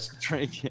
drink